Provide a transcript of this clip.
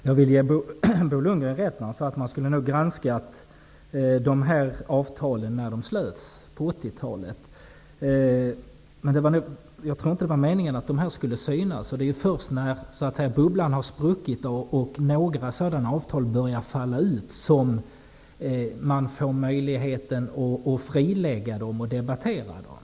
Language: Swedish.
Herr talman! Jag vill ge Bo Lundgren rätt när han sade att man skulle ha granskat avtalen när de slöts på 80-talet. Men jag tror inte att det var meningen att de skulle synas. Det är först när bubblan har spruckit och några sådana avtal börjar falla ut som man får möjligheten att frilägga dem och debattera dem.